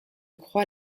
croix